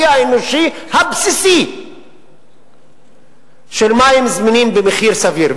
האנושי הבסיסי של מים זמינים במחיר סביר.